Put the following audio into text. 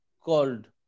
called